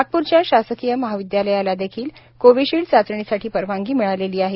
नागपूरच्या शासकीय महाविद्यालयाला देखील कोविशिल्ड चाचणीसाठी परवानगी मिळालेली आहे